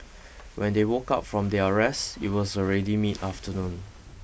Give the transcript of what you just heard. when they woke up from their rest it was already mid afternoon